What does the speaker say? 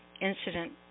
incident